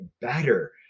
better